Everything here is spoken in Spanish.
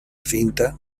cinta